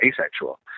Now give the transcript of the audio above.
asexual